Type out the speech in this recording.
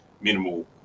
minimal